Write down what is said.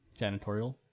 Janitorial